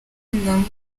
platnumz